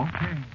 Okay